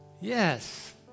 yes